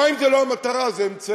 המים זה לא המטרה, זה אמצעי.